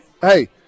hey